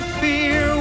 fear